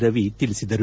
ರವಿ ತಿಳಿಸಿದರು